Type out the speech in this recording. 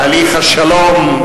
מה עם אובמה?